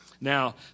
Now